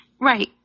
Right